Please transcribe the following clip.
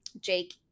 Jake